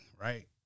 Right